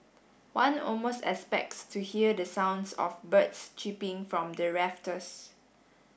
one almost expects to hear the sounds of birds chirping from the rafters